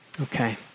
Okay